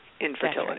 Infertility